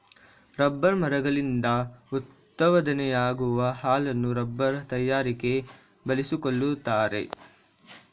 rubber ಮರಗಳಿಂದ ಉತ್ಪಾದನೆಯಾಗುವ ಹಾಲನ್ನು ರಬ್ಬರ್ ತಯಾರಿಕೆ ಬಳಸಿಕೊಳ್ಳುತ್ತಾರೆ